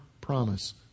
promise